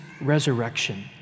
resurrection